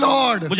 Lord